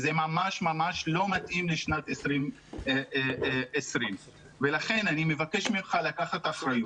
זה ממש לא מתאים לשנת 2020. לכן אני מבקש ממך לקחת אחריות.